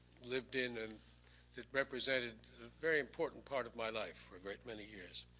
lived in and that represented a very important part of my life for a great many years,